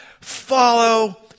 follow